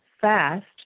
fast